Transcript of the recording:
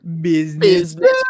Business